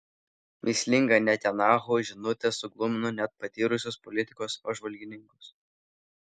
mįslinga netanyahu žinutė suglumino net patyrusius politikos apžvalgininkus